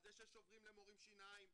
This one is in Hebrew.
על זה ששוברים למורים שיניים,